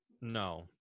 No